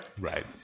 right